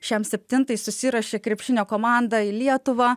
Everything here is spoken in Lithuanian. šem septintais susiruošė krepšinio komanda į lietuvą